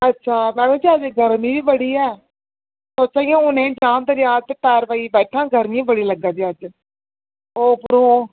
अच्छा अच्छा